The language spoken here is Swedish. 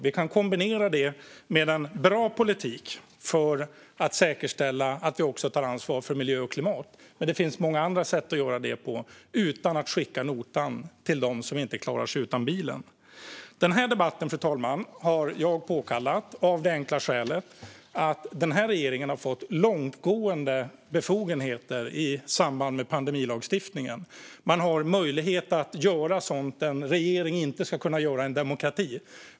Vi kan kombinera det med en bra politik för att säkerställa att vi också tar ansvar för miljö och klimat. Men det finns många sätt att göra det på utan att skicka notan till dem som inte klarar sig utan bilen. Fru talman! Den här debatten har jag påkallat av det enkla skälet att regeringen har fått långtgående befogenheter i samband med pandemilagstiftningen. Man har möjlighet att göra sådant som en regering inte ska kunna göra i en demokrati.